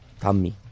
Tommy